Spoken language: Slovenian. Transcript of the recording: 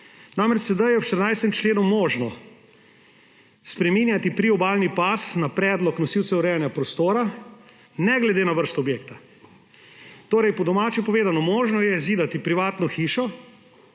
Zdaj je namreč v 14. členu možno spreminjati priobalni pas na predlog nosilcev urejanja prostora, ne glede na vrsto objekta. Po domače povedano, možno je zidati privatno hišo,